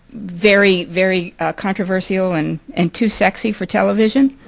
very, very controversial and and too sexy for television.